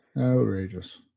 Outrageous